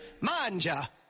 Manja